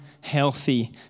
healthy